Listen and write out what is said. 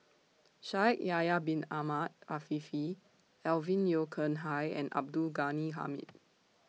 Shaikh Yahya Bin Ahmed Afifi Alvin Yeo Khirn Hai and Abdul Ghani Hamid